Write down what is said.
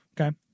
okay